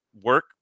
work